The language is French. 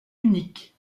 unique